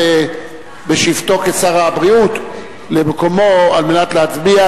בשבתו כשר הבריאות, למקומו כדי להצביע.